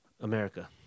America